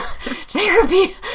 Therapy